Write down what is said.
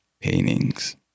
paintings